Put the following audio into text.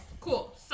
cool